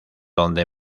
donde